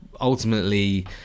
ultimately